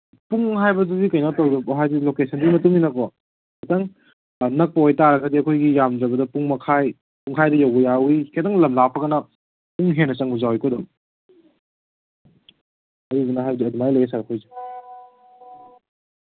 ꯄꯨꯡ ꯍꯥꯏꯕꯗꯨꯗꯤ ꯀꯩꯅꯣ ꯇꯧꯔꯣꯏ ꯍꯥꯏꯗꯤ ꯂꯣꯀꯦꯁꯟꯗꯨꯒꯤ ꯃꯇꯨꯡꯏꯟꯅ ꯈꯤꯇꯪ ꯅꯛꯄ ꯑꯣꯏꯇꯥꯔꯒꯗꯤ ꯑꯩꯈꯣꯏꯒꯤ ꯌꯥꯝꯗ꯭ꯔꯕꯗ ꯄꯨꯡ ꯃꯈꯥꯏ ꯄꯨꯡꯈꯥꯏꯗ ꯌꯧꯕ ꯌꯥꯎꯋꯤ ꯈꯤꯇꯪ ꯂꯝ ꯂꯥꯞꯄꯒꯅ ꯄꯨꯡ ꯍꯦꯟꯅ ꯆꯪꯕꯁꯨ ꯌꯥꯎꯋꯤꯀꯣ ꯑꯗꯨꯝ ꯑꯗꯨꯗꯨꯅ ꯍꯥꯏꯕꯗꯤ ꯑꯗꯨꯃꯥꯏꯅ ꯂꯩꯌꯦ ꯁꯥꯔ ꯑꯩꯈꯣꯏꯁꯦ